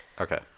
Okay